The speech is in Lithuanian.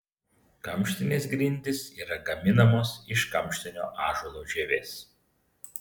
kamštinės grindys yra gaminamos iš kamštinio ąžuolo žievės